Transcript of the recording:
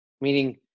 meaning